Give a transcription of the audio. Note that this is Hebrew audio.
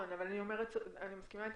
אני מסכימה אתך,